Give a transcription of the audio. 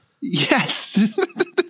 Yes